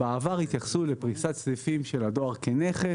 בעבר התייחסו לפריסת סניפים של הדואר כנכס,